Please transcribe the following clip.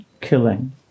killing